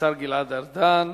השר גלעד ארדן,